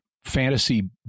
fantasy